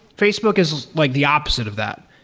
facebook is like the opposite of that.